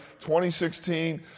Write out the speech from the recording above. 2016